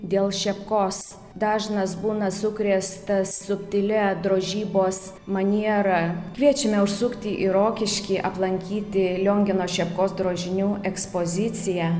dėl šepkos dažnas būna sukrėstas subtilia drožybos maniera kviečiame užsukti į rokiškį aplankyti liongino šepkos drožinių ekspoziciją